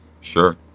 Sure